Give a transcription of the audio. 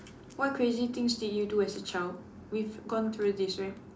what crazy things did you do as a child we've gone thorough this right